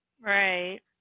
right